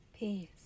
Peace